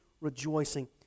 rejoicing